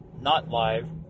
not-live